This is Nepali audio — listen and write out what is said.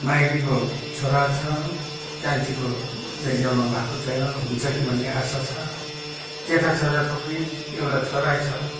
माइलीको छोरा छ कान्छीको जै जन्म भएको छैन हुन्छ कि भन्ने आशा छ जेठा छोराको पनि एउटा छोरै छ